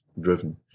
driven